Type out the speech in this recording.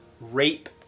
rape